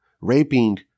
raping